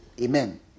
amen